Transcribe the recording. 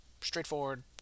Straightforward